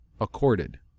accorded